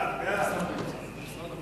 ההצעה להעביר את הצעת חוק יסודות התקציב (תיקון,